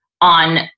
on